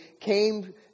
came